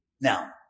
Now